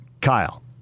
Kyle